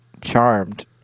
Charmed